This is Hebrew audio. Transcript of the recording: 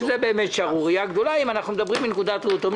שזה באמת שערורייה גדולה אם אנחנו מדברים מנקודת ראותו.